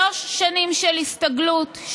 שלוש שנים של הסתגלות,